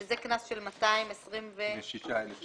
שזה קנס של 226,000 שקלים.